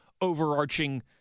overarching